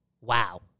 wow